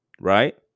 right